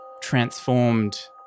transformed